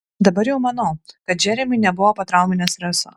dabar jau manau kad džeremiui nebuvo potrauminio streso